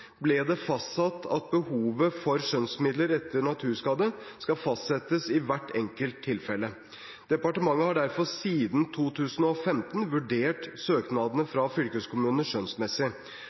ble det fastsatt at behovet for skjønnsmidler etter naturskade skal fastsettes i hvert enkelt tilfelle. Departementet har derfor siden 2015 vurdert søknadene fra fylkeskommunene skjønnsmessig,